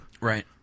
Right